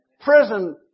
prison